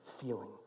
feeling